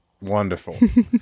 wonderful